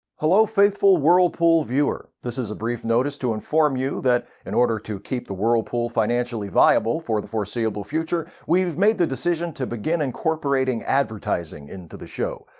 hello, faithful whirlpool viewer. this is a brief notice to inform you that, in order to keep the whirlpool financially viable for the foreseeable future, we've made the decision to begin incorporating advertising into the show.